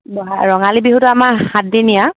ৰঙালী বিহুটো আমাৰ সাতদিনীয়া